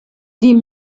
die